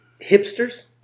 hipsters